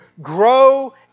grow